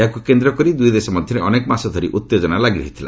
ଏହାକୁ କେନ୍ଦ୍ରକରି ଦୂଇ ଦେଶ ମଧ୍ୟରେ ଅନେକ ମାସ ଧରି ଉତ୍ତେଜନା ଲାଗି ରହିଥିଲା